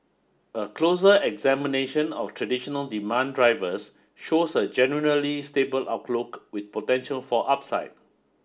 a closer examination of traditional demand drivers shows a generally stable outlook with potential for upside